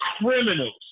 criminals